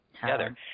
together